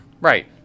right